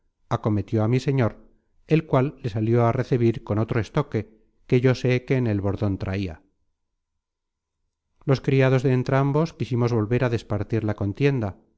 parecia acometió a mi señor el cual le salió á recebir con otro estoque que yo sé que en el bordon traia los criados de entrambos quisimos volver á despartir la contienda